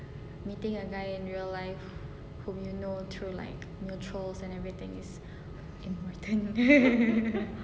meeting a guy in real life whom you know through like mutuals and everything is more important